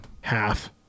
Half